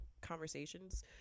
conversations